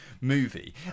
movie